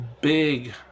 big